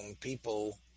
people